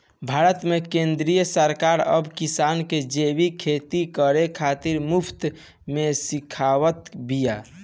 भारत में केंद्र सरकार अब किसान के जैविक खेती करे खातिर मुफ्त में सिखावत बिया